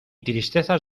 tristezas